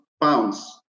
pounds